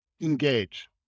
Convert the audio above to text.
engage